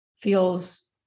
feels